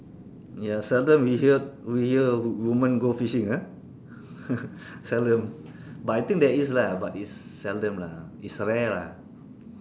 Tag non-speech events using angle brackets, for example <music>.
ya seldom we hear we hear woman go fishing ah <laughs> seldom but I think there is lah but it's seldom lah is rare lah